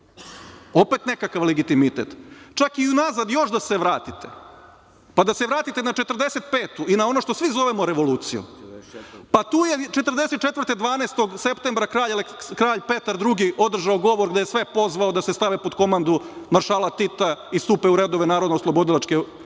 Opet nekakav legitimitet. Čak i unazad još da se vratite, pa da se vratite na 1945. godinu i na ono što svi zovemo revolucijom, tu je 1944. godine, 12. septembar kralj Petar II održao govor, gde je sve pozvao da se stave pod komandu maršala Tita i stupe u redove NOB, sve svoje